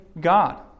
God